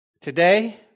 today